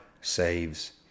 saves